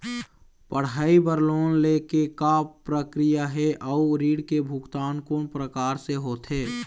पढ़ई बर लोन ले के का प्रक्रिया हे, अउ ऋण के भुगतान कोन प्रकार से होथे?